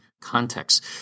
context